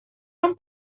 non